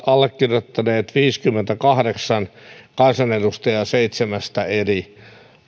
allekirjoittanut viisikymmentäkahdeksan kansanedustajaa seitsemästä eri